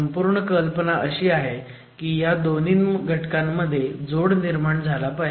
संपूर्ण कल्पना अशी आहे की ह्या दोन्ही घटकांमध्ये जोड निर्माण झाला पाहिजे